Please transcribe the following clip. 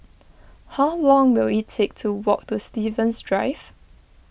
how long will it take to walk to Stevens Drive